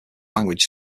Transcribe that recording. languages